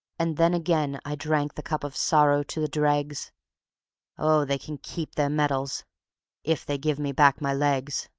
and then again i drank the cup of sorrow to the dregs oh, they can keep their medals if they give me back my legs.